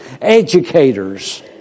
educators